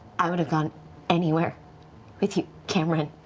i would've gone anywhere with you, cameron.